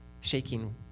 shaking